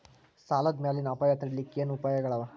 ಸಾಲದ್ ಮ್ಯಾಲಿನ್ ಅಪಾಯ ತಡಿಲಿಕ್ಕೆ ಏನ್ ಉಪಾಯ್ಗಳವ?